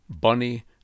Bunny